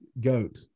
Goat